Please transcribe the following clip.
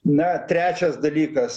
na trečias dalykas